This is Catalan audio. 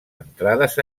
entrades